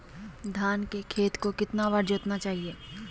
धान के खेत को कितना बार जोतना चाहिए?